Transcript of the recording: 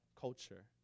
culture